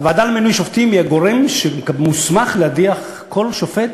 הוועדה למינוי שופטים היא הגורם שמוסמך להדיח כל שופט,